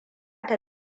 ta